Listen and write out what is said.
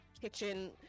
kitchen